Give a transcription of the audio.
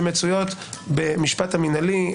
שמצויות במשפט המינהלי.